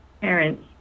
parents